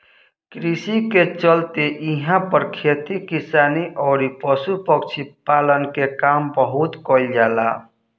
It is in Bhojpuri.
कृषि के चलते इहां पर खेती किसानी अउरी पशु पक्षी पालन के काम बहुत कईल जाला